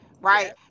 right